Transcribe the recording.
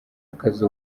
akazi